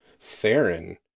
Theron